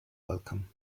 welcome